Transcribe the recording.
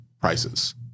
prices